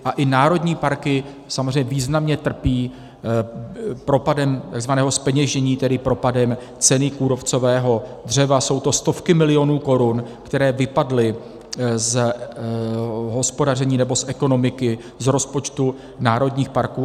A i národní parky významně trpí propadem takzvaného zpeněžení, tedy propadem ceny kůrovcového dřeva, jsou to stovky milionů korun, které vypadly z hospodaření, nebo z ekonomiky, z rozpočtů národních parků.